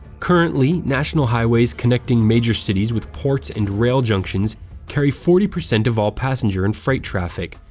currently, national highways connecting major cities with ports and rail junctions carry forty percent of all passenger and freight traffic,